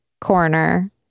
Corner